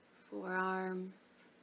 forearms